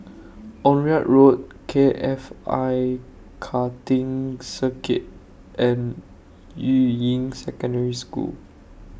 Onraet Road K F I Karting Circuit and Yuying Secondary School